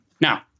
Now